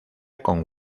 con